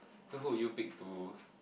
so who would you pick to